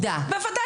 אי-אפשר.